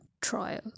trial